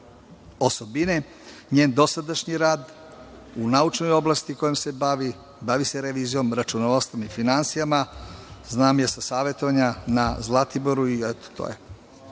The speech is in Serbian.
osobine, njen dosadašnji rad u naučnoj oblasti kojom se bavi, a bavi se revizijom, računovodstvom i finansijama. Znam je sa savetovanja na Zlatiboru i eto to je.